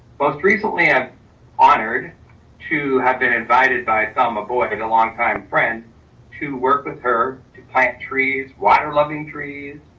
most recently, i'm honored to have been invited by thumb a boy and a longtime friend to work with her to plant trees, water-loving trees,